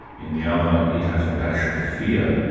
in the other it has a dash of fear.